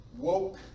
Woke